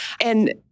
And-